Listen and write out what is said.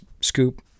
scoop